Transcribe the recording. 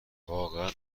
واقعا